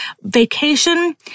Vacation